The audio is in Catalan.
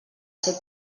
ser